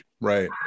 Right